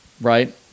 right